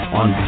on